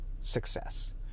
success